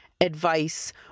advice